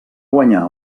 guanyar